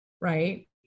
Right